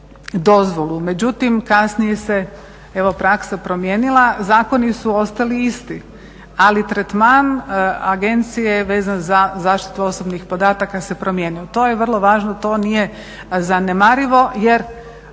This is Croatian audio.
dozvolu. Međutim, kasnije se, evo praksa promijenila, zakoni su ostali isti. Ali tretman agencije vezan za zaštitu osobnih podataka se promijenio. To je vrlo važno, to nije zanemarivo jer